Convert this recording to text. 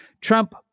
Trump